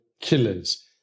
Killers